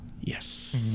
Yes